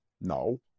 no